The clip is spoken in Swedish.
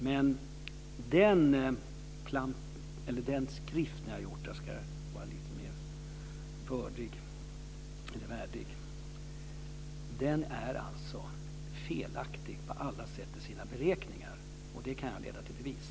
Men den skrift ni har åstadkommit, för att uttrycka mig lite mer värdigt, är på alla sätt felaktig i sina beräkningar. Det kan jag leda i bevis.